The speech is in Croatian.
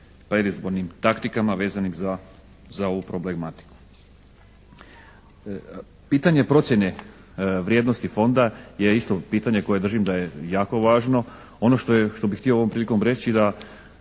predizbornim taktikama vezanim za ovu problematiku. Pitanje procjene vrijednosti fonda je isto pitanje koje držim da je jako važno. Ono što bih htio ovom prilikom reći da